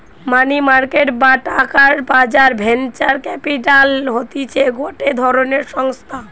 মানি market বা টাকার বাজার ভেঞ্চার ক্যাপিটাল হতিছে গটে ধরণের সংস্থা